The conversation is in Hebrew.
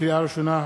לקריאה ראשונה,